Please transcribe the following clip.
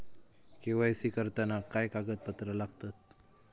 KYC करताना काय कागदपत्रा लागतत?